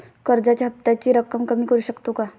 कर्जाच्या हफ्त्याची रक्कम कमी करू शकतो का?